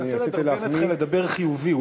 אני מנסה לדרבן אתכם לדבר חיובי.